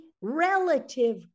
relative